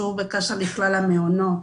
שהוא בקשר לכלל המעונות,